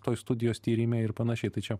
toj studijos tyrime ir panašiai tai čia